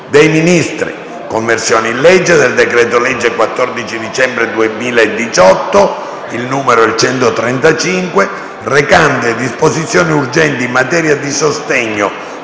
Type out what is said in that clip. dei Ministri*: «Conversione in legge del decreto-legge 14 dicembre 2018, n. 135, recante disposizioni urgenti in materia di sostegno